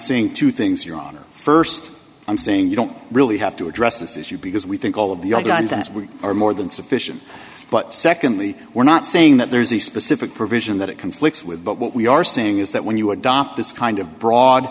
seeing two things your honor st i'm saying you don't really have to address this issue because we think all of the arguments as we are more than sufficient but secondly we're not saying that there's a specific provision that it conflicts with but what we are saying is that when you adopt this kind of broad